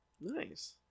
Nice